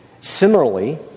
Similarly